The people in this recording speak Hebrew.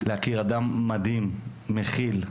להכיר אדם מדהים, מכיל.